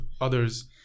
others